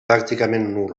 pràcticament